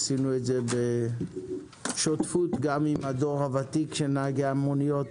עשינו את זה בשותפות גם עם הדור הוותיק של נהגי המוניות